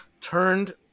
turned